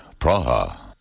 Praha